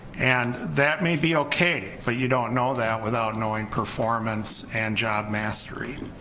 and that may be okay, but you don't know that without knowing performance and job mastery,